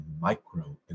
micro